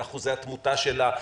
על אחוזי התמותה שלה,